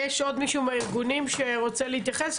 יש עוד מישהו מהארגונים שרוצה להתייחס,